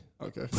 Okay